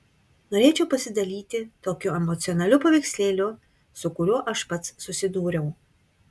norėčiau pasidalyti tokiu emocionaliu paveikslėliu su kuriuo aš pats susidūriau